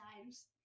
times